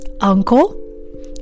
uncle